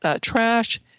trash